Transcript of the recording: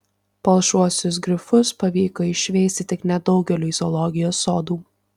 palšuosius grifus pavyko išveisti tik nedaugeliui zoologijos sodų